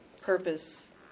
purpose